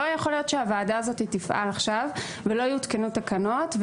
שלא יכול להיות שהוועדה הזאת תפעל עכשיו ולא יותקנו תקנות,